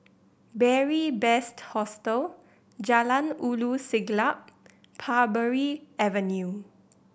Beary Best Hostel Jalan Ulu Siglap Parbury Avenue